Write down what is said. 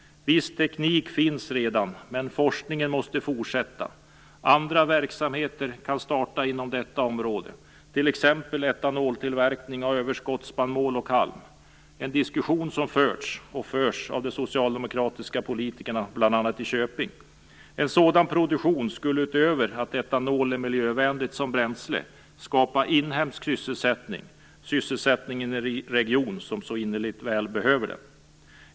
Viss teknik finns redan, men forskningen måste fortsätta. Andra verksamheter kan starta inom detta område, t.ex. etanoltillverkning av överskottsspannmål och halm, en diskussion som har förts och förs av de socialdemokratiska politikerna bl.a. i Köping. En sådan produktion skulle, utöver att etanol är miljövänligt som bränsle, skapa inhemsk sysselsättning, sysselsättning i en region som så innerligt väl behöver den.